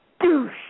douche